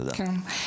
תודה.